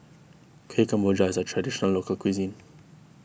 Kuih Kemboja is a Traditional Local Cuisine